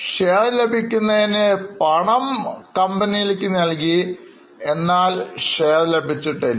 share ലഭിക്കുന്നതിന്പണം അടച്ചിട്ടുണ്ട് എന്നാൽ ഷെയർ ലഭിച്ചിട്ടില്ല